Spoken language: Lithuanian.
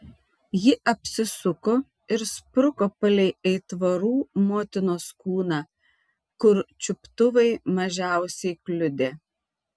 ji apsisuko ir spruko palei aitvarų motinos kūną kur čiuptuvai mažiausiai kliudė